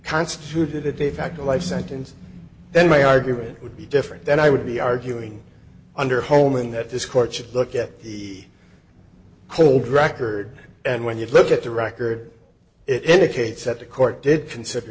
constituted a de facto life sentence then my argument would be different then i would be arguing under homing that this court should look at the hold record and when you look at the record it indicates that the court did consider